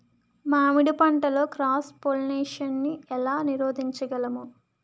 మామిడి పంటలో cross pollination నీ ఏల నీరోధించగలము?